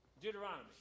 Deuteronomy